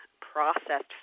processed